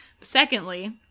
Secondly